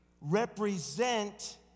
represent